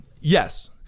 Yes